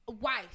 wife